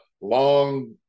long